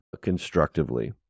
constructively